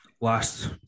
last